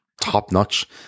top-notch